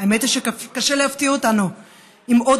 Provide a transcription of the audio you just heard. האמת היא שקשה להפתיע אותנו עם עוד